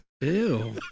Ew